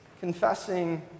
confessing